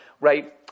right